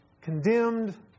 condemned